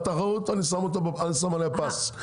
התחרות, אני שם עליה פס.